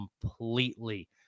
completely